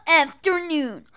afternoon